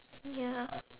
ya